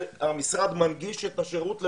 והמשרד מנגיש את השירות לעולה.